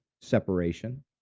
separation